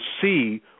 see